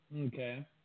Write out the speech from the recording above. Okay